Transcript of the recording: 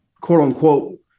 quote-unquote